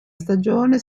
stagione